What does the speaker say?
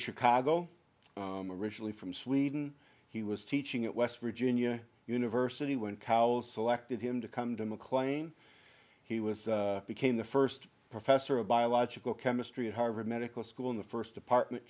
chicago originally from sweden he was teaching at west virginia university when cowles selected him to come to mclean he was became the first professor of biological chemistry at harvard medical school in the first department